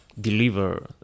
deliver